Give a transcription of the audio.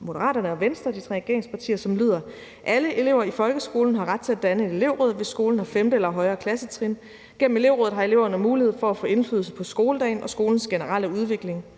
Forslag til vedtagelse »Alle elever i folkeskolen har ret til at danne et elevråd, hvis skolen har 5. eller højere klassetrin. Gennem elevrådet har eleverne mulighed for at få indflydelse på skoledagen og skolens generelle udvikling.